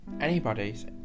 Anybody's